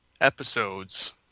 episodes